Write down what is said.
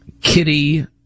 kitty